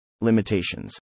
Limitations